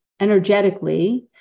energetically